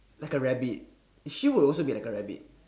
like a rabbit she would also be like a rabbit